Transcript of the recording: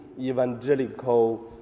evangelical